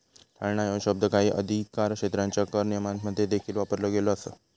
टाळणा ह्यो शब्द काही अधिकारक्षेत्रांच्यो कर नियमांमध्ये देखील वापरलो गेलो असा